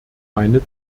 meine